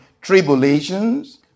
tribulations